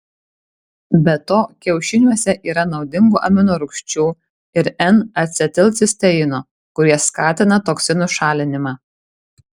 be to kiaušiniuose yra naudingų aminorūgščių ir n acetilcisteino kurie skatina toksinų šalinimą